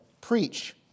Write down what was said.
Preach